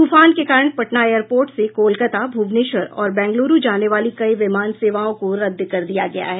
तूफान के कारण पटना एयरपोर्ट से कोलकाता भुवनेश्वर और बैंग्लूरू जाने वाली कई विमान सेवाओं को रद्द कर दिया गया है